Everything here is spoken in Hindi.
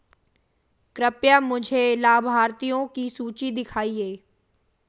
कृपया मुझे लाभार्थियों की सूची दिखाइए